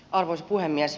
arvoisa puhemies